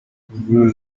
imvururu